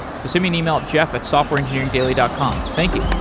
so send me an email at jeff at softwarengineeringdaily dot com. thank you